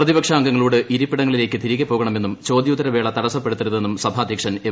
പ്രതിപക്ഷാംഗങ്ങളോട് ഇരിപ്പിടങ്ങളിലേക്ക് തിരികെ പോകണമെന്നും ചോദ്യോത്തരവേള തടസ്സപ്പെടുത്തരുതെന്നും സഭാദ്ധ്യക്ഷൻ എം